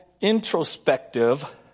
introspective